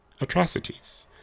atrocities